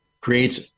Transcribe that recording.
creates